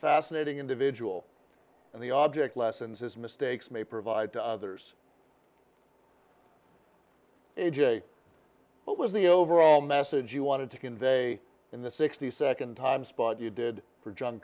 fascinating individual and the object lessons his mistakes may provide to others a j what was the overall message you wanted to convey in the sixty second time spot you did for